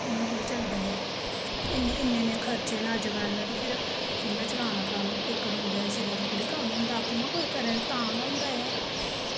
इ'यां थ्होड़े चलदा ऐ इन्नै इन्नै इन्नै खर्चे न अजकल्ल ते फिर कि'यां चलाना कम्म इक्क बंदे दे सिरै पर थोह्ड़े कम्म हुंदा आपूं गै कोई करै तां गै होंदा ऐ